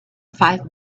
five